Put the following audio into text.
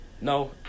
no